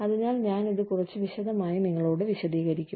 അതിനാൽ ഞാൻ ഇത് കുറച്ച് വിശദമായി നിങ്ങളോട് വിശദീകരിക്കും